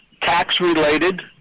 tax-related